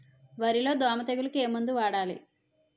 వరిలో దోమ తెగులుకు ఏమందు వాడాలి?